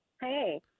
Hey